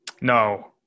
No